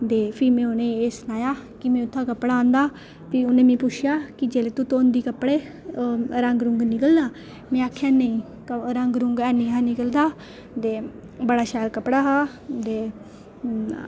ते फ्ही में उ'नेंगी सनाया की में उत्थूं कपड़ा लेआया भी उ'नें मिगी पुच्छेआ कि जेल्लै तूं धोंदी कपड़े रंग निकलदा में आखेआ नेईं रंग ऐनी ऐहा निकलदा ते बड़ा शैल कपड़ा हा ते